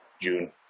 June